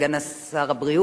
סגן שר הבריאות,